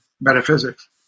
metaphysics